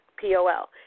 P-O-L